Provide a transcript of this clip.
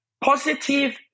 positive